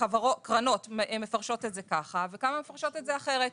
קרנות מפרשות את זה ככה וכמה מפרשות את זה אחרת.